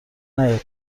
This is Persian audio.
نیاد